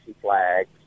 Flags